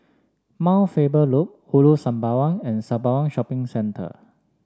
Mount Faber Loop Ulu Sembawang and Sembawang Shopping Centre